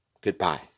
Goodbye